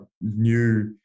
new